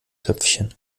töpfchen